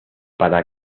para